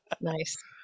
nice